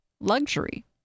Luxury